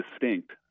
distinct